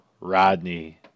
Rodney